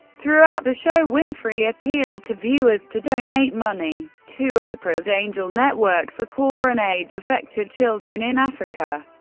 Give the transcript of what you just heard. throughout the show, winfrey appealed to viewers to donate money to oprah's angel network for poor and aids-affected children in africa.